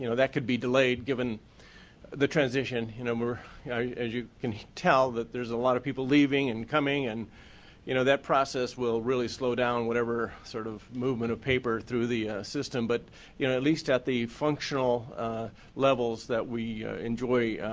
you know that could be delayed given the transition. and um as you can tell, there is a lot of people leaving and coming and you know that process will really slow down whatever sort of movement of paper through the system. but you know at least at the functional levels that we enjoy